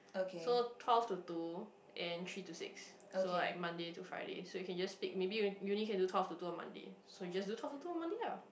so twelve to two and three to six so like Monday to Friday so you can just pick maybe you only can do twelve to two on Monday so you just do twelve to two on Monday lah